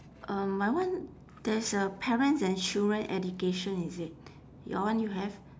um my one there's a parents and children education is it your one you have